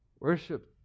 Worship